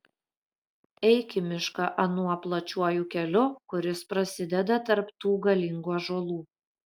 eik į mišką anuo plačiuoju keliu kuris prasideda tarp tų galingų ąžuolų